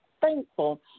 thankful